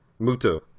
Muto